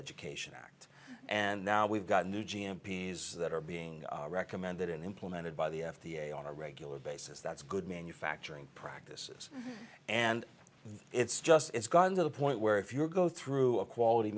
education act and now we've got new g m p that are being recommended and implemented by the f d a on a regular basis that's good manufacturing practices and it's just it's gotten to the point where if you're go through a quality